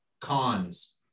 cons